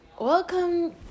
Welcome